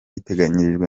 iteganyijwe